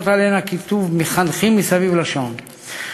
שעליהן הכיתוב "מחנכים מסביב לשעון".